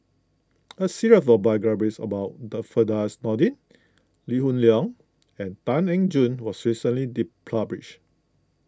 a series of biographies about Firdaus Nordin Lee Hoon Leong and Tan Eng Joo was recently be published